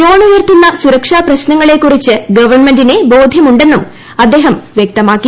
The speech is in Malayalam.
ഡ്രോൺ ഉയർത്തുന്ന സുരക്ഷാ പ്രശ്നങ്ങളെക്കുറിച്ച് ഗവൺമെന്റിന് ബോധ്യമുണ്ടെന്നും അദ്ദേഹം വ്യക്തമാക്കി